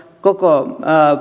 koko